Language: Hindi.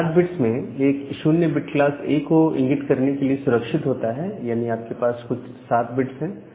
इन 8बिट्स में एक 0 बिट क्लास A को इंगित करने के लिए सुरक्षित होता है यानी आपके पास यहां कुल 7 बिट्स है